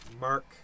Mark